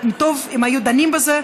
טוב אם היו דנים בזה.